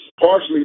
partially